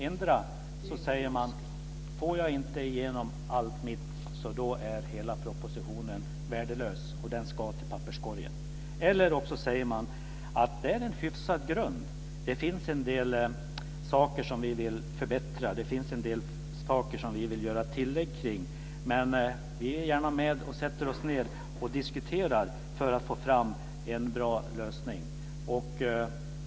Endera säger man att om jag inte får igenom allt mitt är hela propositionen värdelös och ska till papperskorgen, eller så säger man att det är en hyfsad grund, att det finns en del saker som man behöver förbättra och göra tillägg till, men att man gärna är med och diskuterar för att få fram en bra lösning.